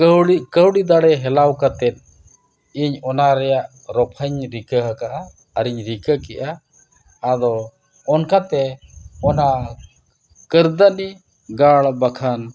ᱠᱟᱹᱣᱰᱤ ᱠᱟᱹᱣᱰᱤ ᱫᱟᱲᱮ ᱦᱮᱞᱟᱣ ᱠᱟᱛᱮᱫ ᱤᱧ ᱚᱱᱟ ᱨᱮᱭᱟᱜ ᱨᱚᱯᱷᱟᱧ ᱨᱤᱠᱟᱹ ᱟᱠᱟᱫᱼᱟ ᱟᱨᱤᱧ ᱨᱤᱠᱟᱹ ᱠᱮᱫᱼᱟ ᱟᱫᱚ ᱚᱱᱠᱟ ᱛᱮ ᱚᱱᱟ ᱠᱟᱹᱨᱫᱟᱹᱱᱤ ᱜᱟᱲ ᱵᱟᱠᱷᱟᱱ